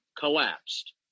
collapsed